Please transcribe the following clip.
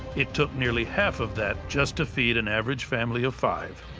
it took nearly half of that just to feed an average family of five.